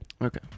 Okay